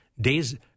days